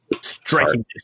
striking